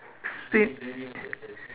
fif~